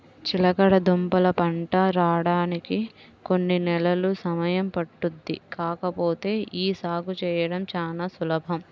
చిలకడదుంపల పంట రాడానికి కొన్ని నెలలు సమయం పట్టుద్ది కాకపోతే యీ సాగు చేయడం చానా సులభం